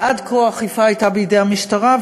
עד כה האכיפה הייתה בידי המשטרה,